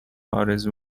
آرزو